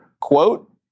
quote